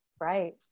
right